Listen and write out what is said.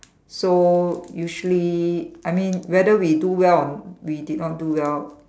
so usually I mean whether we do well or we did not do well